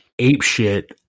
apeshit